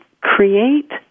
create